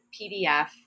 PDF